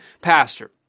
pastor